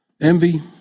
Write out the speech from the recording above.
envy